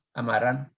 amaran